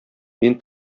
мин